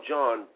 John